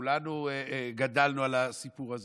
כולנו גדלנו על הסיפור הזה.